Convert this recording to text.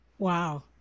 Wow